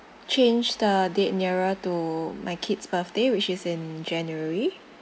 change the date nearer to my kid's birthday which is in january